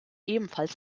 ebenfalls